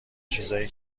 چیزای